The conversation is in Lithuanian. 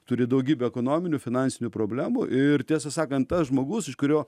turi daugybę ekonominių finansinių problemų ir tiesą sakant tas žmogus iš kurio